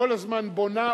כל הזמן בונה עוד,